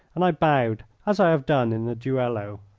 and i bowed as i have done in the duello.